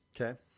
Okay